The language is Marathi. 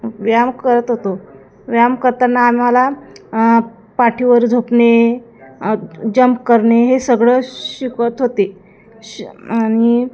व्यायाम करत होतो करताना आम्हाला पाठीवर झोपणे जंप करणे हे सगळं शिकवत होते श आणि